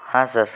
हां सर